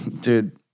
dude